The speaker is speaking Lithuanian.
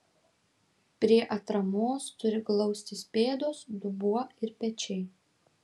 prie atramos turi glaustis pėdos dubuo ir pečiai